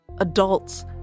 adults